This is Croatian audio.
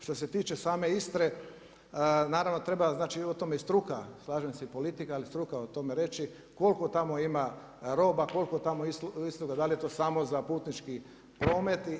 Što se tiče same Istre, naravno treba znači o tome i struka slažem se i politika, ali i struka o tome reći koliko tamo ima roba, koliko tamo … Da li je to samo za putnički promet.